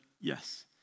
yes